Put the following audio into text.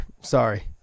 Sorry